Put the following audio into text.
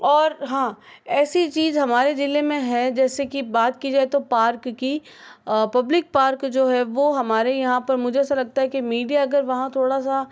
और हाँ ऐसी चीज हमारे जिले में है जैसे कि बात की जाए तो पार्क की पब्लिक पार्क जो है वो हमारे यहाँ पर मुझे ऐसा लगता है कि मीडिया अगर वहाँ थोड़ा सा